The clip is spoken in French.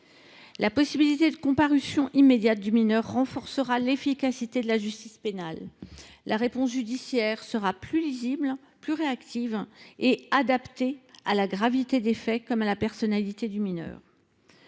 La possibilité de prévoir la comparution immédiate du mineur renforcera l’efficacité de la justice pénale ; la réponse judiciaire sera plus lisible et rapide, et adaptée à la gravité des faits comme à la personnalité du mineur.